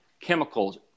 chemicals